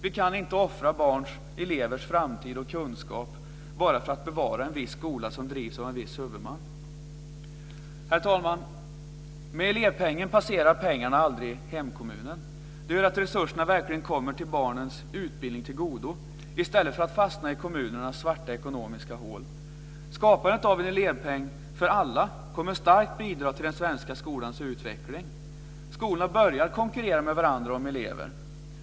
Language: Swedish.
Vi kan inte offra elevers framtid och kunskap bara för att bevara en viss skola som drivs av en viss huvudman. Herr talman! Med elevpengen passerar pengarna aldrig hemkommunen. Det gör att resurserna verkligen kommer barnens utbildning till godo, i stället för att fastna i kommunernas svarta ekonomiska hål. Skapandet av en elevpeng för alla kommer starkt att bidra till den svenska skolans utveckling. Skolorna börjar konkurrera med varandra om elever.